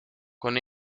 con